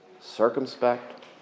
circumspect